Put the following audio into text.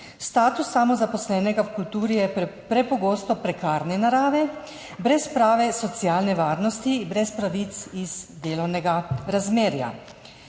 Status samozaposlenega v kulturi je prepogosto prekarne narave, brez prave socialne varnosti, brez pravic iz delovnega razmerja.